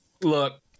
Look